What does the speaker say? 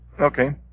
Okay